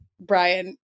Brian